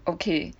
okay